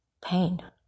pain